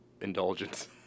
indulgence